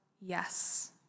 yes